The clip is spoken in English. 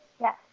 Yes